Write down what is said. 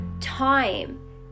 time